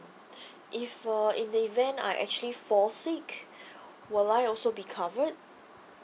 if uh in the event I actually fall sick will I also be covered